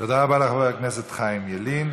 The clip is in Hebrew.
תודה רבה לחבר הכנסת חיים ילין.